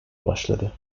başladı